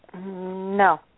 No